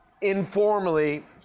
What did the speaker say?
informally